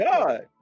God